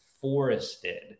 forested